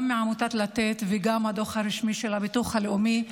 גם מעמותת לתת וגם הדוח הרשמי של הביטוח הלאומי,